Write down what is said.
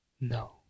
No